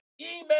email